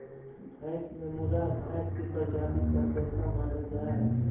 भैंस में मुर्राह भैंस के प्रजाति सबसे अच्छा मानल जा हइ